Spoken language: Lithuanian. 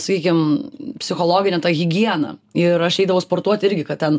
sakykim psichologinė higiena ir aš eidavau sportuot irgi kad ten